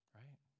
right